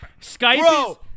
Skype